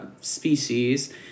species